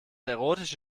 erotische